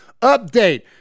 Update